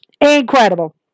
Incredible